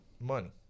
money